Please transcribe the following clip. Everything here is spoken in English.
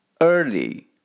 early